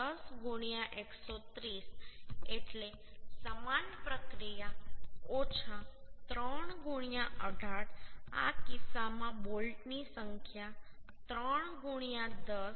9 410 130 એટલે સમાન પ્રક્રિયા ઓછા 3 18 આ કિસ્સામાં બોલ્ટની સંખ્યા 3 10 1